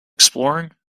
exploring